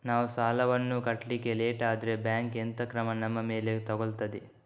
ನಾವು ಸಾಲ ವನ್ನು ಕಟ್ಲಿಕ್ಕೆ ಲೇಟ್ ಆದ್ರೆ ಬ್ಯಾಂಕ್ ಎಂತ ಕ್ರಮ ನಮ್ಮ ಮೇಲೆ ತೆಗೊಳ್ತಾದೆ?